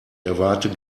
erwarte